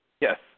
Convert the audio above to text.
Yes